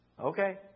Okay